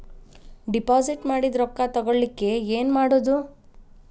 Deposit ಮಾಡಿದ ರೊಕ್ಕ ತಗೋಳಕ್ಕೆ ಏನು ಮಾಡೋದು?